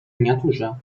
miniaturze